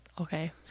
Okay